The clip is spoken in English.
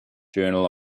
journal